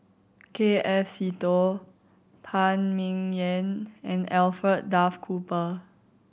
K F Seetoh Phan Ming Yen and Alfred Duff Cooper